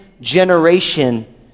generation